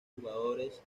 jugadores